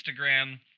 Instagram